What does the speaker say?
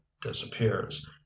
disappears